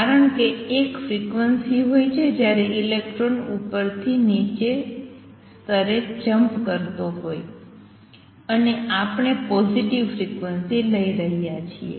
કારણ કે એક ફ્રિક્વન્સી હોય છે જ્યારે ઇલેક્ટ્રોન ઉપરથી નીચેના સ્તરે જમ્પ કરતો હોય અને આપણે પોઝિટિવ ફ્રિક્વન્સી લઈ રહ્યા છીએ